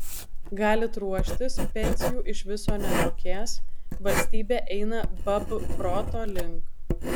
galit ruoštis pensijų iš viso nemokės valstybė eina babkroto link